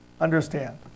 understand